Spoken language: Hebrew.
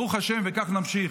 ברוך השם, וכך נמשיך.